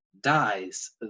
dies